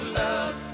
love